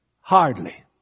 Hardly